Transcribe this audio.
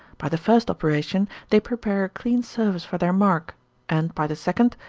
by the first operation they prepare a clean surface for their mark and, by the second,